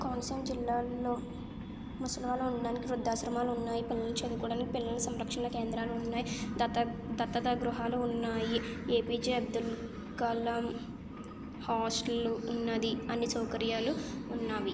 కోనసీమ జిల్లాలో ముసలి వాళ్ళు ఉండడానికి వృద్ధాశ్రమాలు ఉన్నాయి పిల్లలు చదువుకోడానికి పిల్లల సంరక్షణ కేంద్రాలు ఉన్నాయి దత్త దత్తత గృహాలు ఉన్నాయి ఏపీజే అబ్దుల్ కలాం హాస్టల్లు ఉన్నది అని సౌకర్యాలు ఉన్నవి